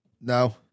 No